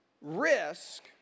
risk